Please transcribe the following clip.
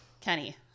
Kenny